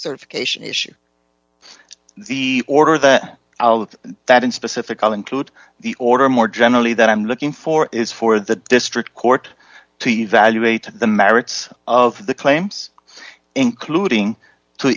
certification issue the order that out that in specific i'll include the order more generally that i'm looking for is for the district court t v while you wait the merits of the claims including to